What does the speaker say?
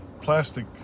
plastic